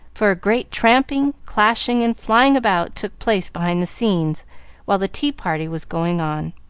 for a great tramping, clashing, and flying about took place behind the scenes while the tea-party was going on.